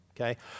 okay